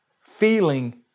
feeling